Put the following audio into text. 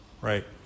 right